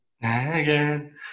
again